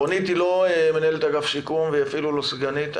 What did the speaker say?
רונית היא לא מנהלת אגף השיקום והיא אפילו לא סגנית.